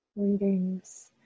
readings